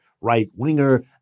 right-winger